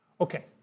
Okay